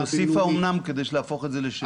תוסיף את המילה האומנם כדי להפוך את זה לשאלה.